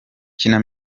kina